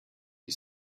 you